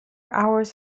hours